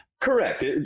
Correct